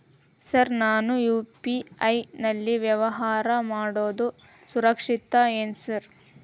Sir ನಾನು UPI ನಲ್ಲಿ ವ್ಯವಹಾರ ಮಾಡೋದು ಸುರಕ್ಷಿತ ಏನ್ರಿ?